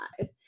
five